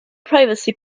privacy